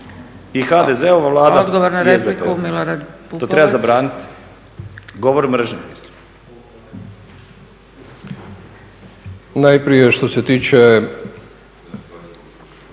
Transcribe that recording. I HDZ-ova Vlada i SDP-ova. To treba zabraniti. Govor mržnje.